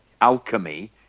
alchemy